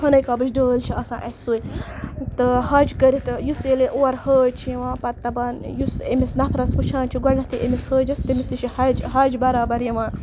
خانہ کعبٕچ ڈٲلۍ چھِ آسان اَسہِ سُہ تہٕ حَج کٔرِتھ یُس ییٚلہِ اورٕ حٲج چھِ یِوان پَتہٕ دَپان یُس أمِس نفرَس وٕچھان چھِ گۄڈنٮ۪تھٕے أمِس حٲجِس تٔمِس تہِ چھِ حَج حَج برابر یِوان